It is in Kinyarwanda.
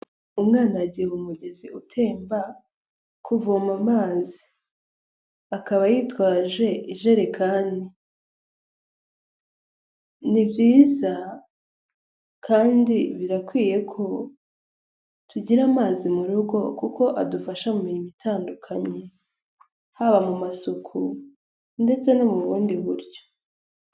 Umwana yagiye mu mugezi utemba kuvoma amazi, akaba yitwaje ijerekani, ni byiza kandi birakwiye ko tugira amazi mu rugo kuko adufasha mu mirimo itandukanye, haba mu masuku ndetse no mu bundi buryo.